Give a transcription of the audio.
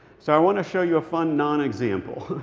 so i want to show you a fun non-example.